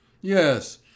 Yes